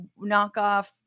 knockoff